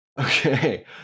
okay